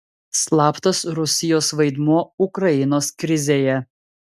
slaptas rusijos vaidmuo ukrainos krizėje